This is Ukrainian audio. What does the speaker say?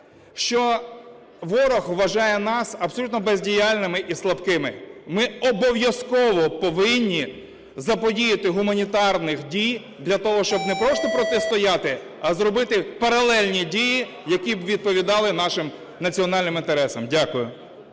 що ворог вважає нас абсолютно бездіяльними і слабкими. Ми обов'язково повинні заподіяти гуманітарних дій для того, щоб не просто протистояти, а зробити паралельні дії, які б відповідали нашим національним інтересам. Дякую.